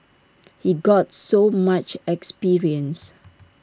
he got so much experience